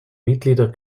mitglieder